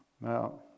Now